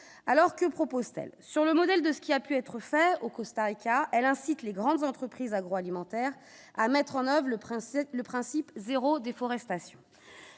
alors que propose-t-elle sur le modèle de ce qui a pu être fait au Costa Rica, elle incite les grandes entreprises agroalimentaires à mettre en oeuvre le principe le principe 0 déforestation